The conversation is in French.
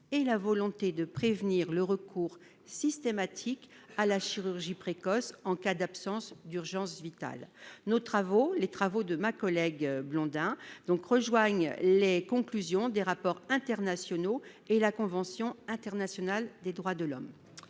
et la volonté de prévenir le recours systématique à la chirurgie précoce en l'absence d'une urgence vitale. Les travaux de ma collègue Maryvonne Blondin rejoignent les conclusions des rapports internationaux et la convention internationale des droits de l'homme.